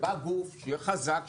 כשבא גוף שיהיה חזק וגדול,